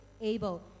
able